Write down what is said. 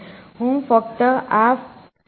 હું ફક્ત આ ફરતું રાખી શકું છું